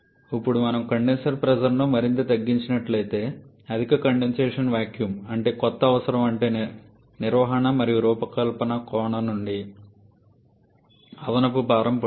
ఇప్పుడు మనం కండెన్సర్ ప్రెజర్ను మరింత తగ్గించినట్లయితే అధిక కండెన్సేషన్ వాక్యూమ్ అంటే కొత్త అవసరం అంటే నిర్వహణ మరియు రూపకల్పన కోణం నుండి అదనపు భారం పడుతుంది